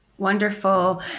Wonderful